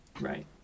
Right